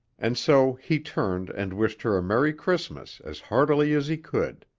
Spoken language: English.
and so he turned and wished her a merry christmas as heartily as he could.